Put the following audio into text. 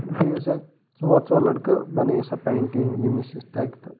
بِہِو سا ژور ژور لڑکہٕ بنٲوِو سا پیٚنٹِنٛگ یٔمِس یِژھ تَگہِ تہٕ